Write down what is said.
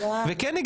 וכן,